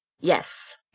Yes